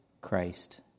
Christ